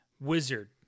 Wizard